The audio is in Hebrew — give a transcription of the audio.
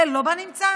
זה לא בנמצא?